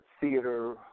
theater